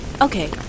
Okay